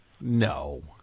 No